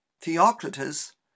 Theocritus